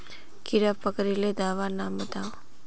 कीड़ा पकरिले दाबा नाम बाताउ?